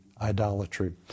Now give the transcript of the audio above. idolatry